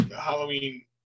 Halloween